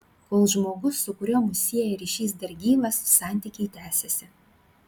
kol žmogus su kuriuo mus sieja ryšys dar gyvas santykiai tęsiasi